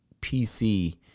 PC